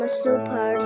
super